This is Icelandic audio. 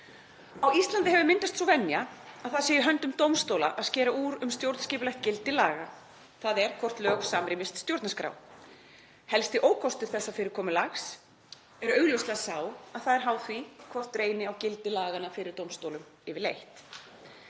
Á Íslandi hefur myndast sú venja að það sé í höndum dómstóla að skera úr um stjórnskipulegt gildi laga, þ.e. hvort lög samrýmist stjórnarskrá. Helsti ókostur þessa fyrirkomulags er augljóslega sá að það er háð því hvort reyni á gildi laganna fyrir dómstólum yfirleitt.